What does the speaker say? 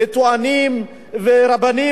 טוענים ורבנים,